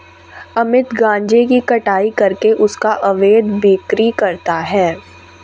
अमित गांजे की कटाई करके उसका अवैध बिक्री करता है